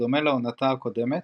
כשבדומה לעונתה הקודמת,